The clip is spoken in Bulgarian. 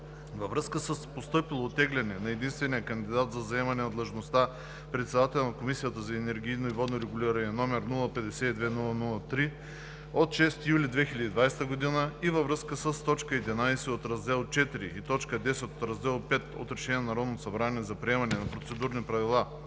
Във връзка с постъпило оттегляне на единствения кандидат за заемане на длъжността председател на Комисията за енергийно и водно регулиране, № 052-00-3 от 6 юли 2020 г., и във връзка с т. 11 от Раздел IV и т. 10 от Раздел V от Решение на Народното събрание за приемане на Процедурни правила